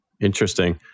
Interesting